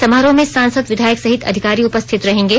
समारोह में सांसद विधायक सहित अधिकारी उपस्थित रहेंगे